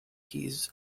keys